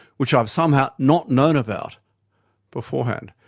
which i've somehow not known about beforehand.